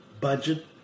budget